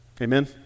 Amen